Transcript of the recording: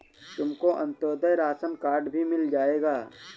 तुमको Antyodaya ration card भी मिल जाएगा